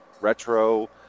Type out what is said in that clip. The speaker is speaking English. retro